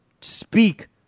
speak